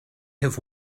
have